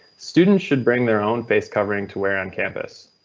students should bring their own face covering to wear on campus.